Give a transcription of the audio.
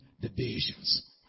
divisions